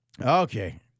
Okay